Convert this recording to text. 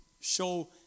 show